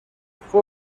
fue